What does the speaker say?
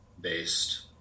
based